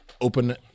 open